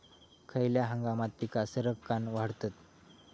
खयल्या हंगामात पीका सरक्कान वाढतत?